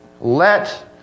let